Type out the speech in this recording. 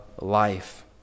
life